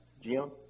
Jim